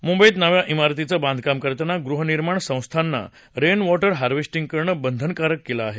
मुंबईत नव्या श्रारतींचं बांधकाम करताना गृहनिर्माण संस्थांना रेनवॉटर हार्वेस्टिंग करणे बंधनकारक केलं आहे